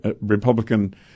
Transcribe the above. Republican